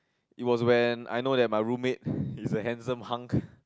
it was when I know that my roommate he is a handsome hunk